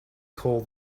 call